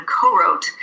co-wrote